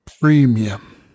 Premium